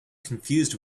confused